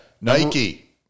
Nike